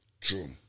True